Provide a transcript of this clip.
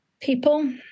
people